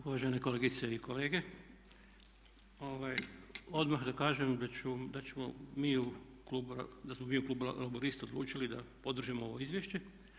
Uvažene kolegice i kolege, odmah da kažem da ćemo mi u klubu, da smo mi u klubu Laburista odlučili da podržimo ovo izvješće.